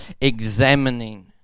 examining